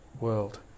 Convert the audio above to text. world